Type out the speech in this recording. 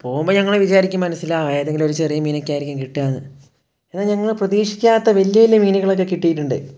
പോവുമ്പോൾ ഞങ്ങൾ വിചാരിക്കും മനസ്സിൽ ആ ഏതെങ്കിലും ഒരു ചെറിയ മീനൊക്കെ ആയിരിക്കും കിട്ടുക എന്ന് എന്നാൽ ഞങ്ങൾ പ്രതീക്ഷിക്കാത്ത വലിയ വലിയ മീനുകളൊക്കെ കിട്ടിയിട്ടുണ്ട്